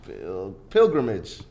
Pilgrimage